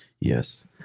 Yes